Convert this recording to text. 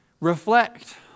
reflect